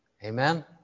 Amen